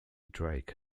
drake